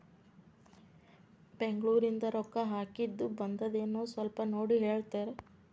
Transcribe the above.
ಬೆಂಗ್ಳೂರಿಂದ ರೊಕ್ಕ ಹಾಕ್ಕಿದ್ದು ಬಂದದೇನೊ ಸ್ವಲ್ಪ ನೋಡಿ ಹೇಳ್ತೇರ?